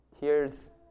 tears